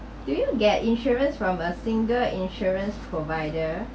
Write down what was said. do you get insurance from a single insurance provider